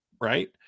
Right